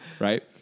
Right